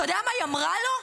אתה יודע מה היא אמרה לו?